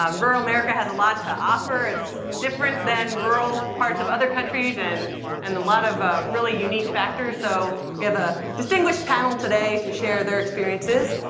um rural america has a lot to offer. it's different than rural parts of other countries, and and a lot of ah really unique factors. so we have a distinguished panel today to share their experiences.